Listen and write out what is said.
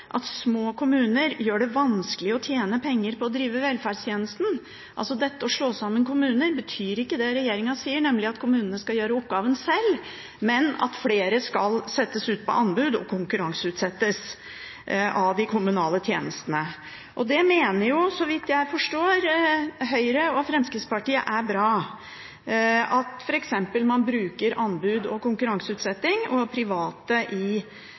at «små kommuner gjør det vanskelig å tjene penger på å drive velferdstjenester». Dette å slå sammen kommuner betyr ikke det regjeringen sier, nemlig at kommunene skal gjøre oppgaven sjøl, men at flere av de kommunale tjenestene skal settes ut på anbud og konkurranseutsettes. Så vidt jeg forstår, mener Høyre og Fremskrittspartiet det er bra at man f.eks. bruker anbud, konkurranseutsetting og private i